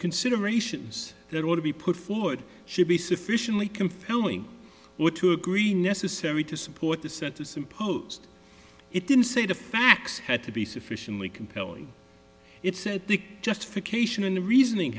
considerations that ought to be put forward should be sufficiently compelling or to agree necessary to support the set of some post it didn't say the facts had to be sufficiently compelling it said the justification and the reasoning